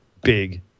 big